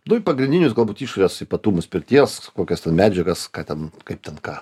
nu ir pagrindinius galbūt išorės ypatumus pirties kokias ten medžiagas ką ten kaip ten ką